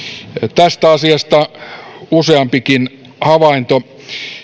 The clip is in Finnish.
tästä asiasta on useampikin havainto